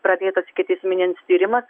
pradėtas ikiteisminins tyrimas